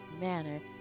manner